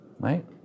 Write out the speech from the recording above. right